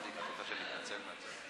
מעבר, את רוצה שאני אתנצל מהצד?